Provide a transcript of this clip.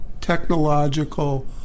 technological